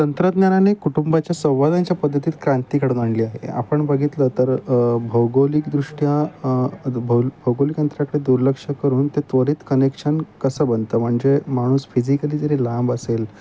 तंत्रज्ञानाने कुटुंबाच्या संवादांच्या पद्धतीत क्रांती घडून आणली आहे आपण बघितलं तर भौगोलिकदृष्ट्या भौ भौगोलिक यंत्राकडे दुर्लक्ष करून ते त्वरित कनेक्शन कसं बनतं म्हणजे माणूस फिजिकली जरी लांब असेल